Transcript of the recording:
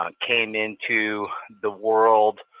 um came into the world,